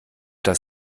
das